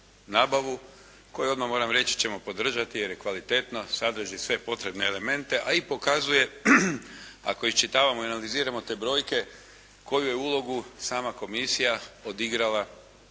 nabavu koju odmah moram reći ćemo podržati, jer je kvalitetna, sadrži sve potrebne elemente a i pokazuje ako iščitavamo i analiziramo te brojke koju je ulogu sama komisija odigrala